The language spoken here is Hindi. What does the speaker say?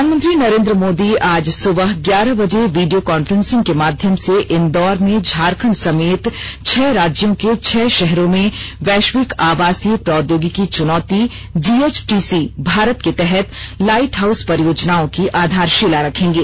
प्रधानमंत्री नरेन्द्र मोदी आज सुबह ग्यारह बजे वीडियो कांफ्रेंसिंग के माध्यम से इन्दौर में झारखंड समेत छह राज्यों के छह शहरों में वैश्विक आवासीय प्रौद्योगिकी चुनौती जीएचटीसी भारत के तहत लाइट हाउस परियोजनाओं की आधारशिला रखेंगे